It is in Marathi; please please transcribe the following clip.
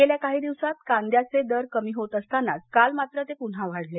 गेल्या काहीदिवसात कांद्याचे दर कमी होत असताना काल मात्र ते पुन्हा वाढले